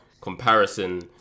comparison